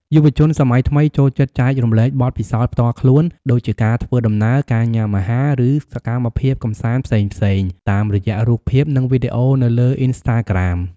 យុវជនសម័យថ្មីចូលចិត្តចែករំលែកបទពិសោធន៍ផ្ទាល់ខ្លួន ដូចជាការធ្វើដំណើរ ការញ៉ាំអាហារ ឬសកម្មភាពកម្សាន្តផ្សេងៗតាមរយៈរូបភាព និងវីដេអូនៅលើអុីនស្តាក្រាម។